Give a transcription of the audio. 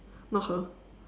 not her